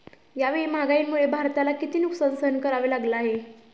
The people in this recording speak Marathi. यावेळी महागाईमुळे भारताला किती नुकसान सहन करावे लागले आहे?